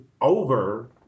over